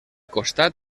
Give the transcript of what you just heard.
costat